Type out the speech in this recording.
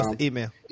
Email